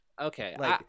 Okay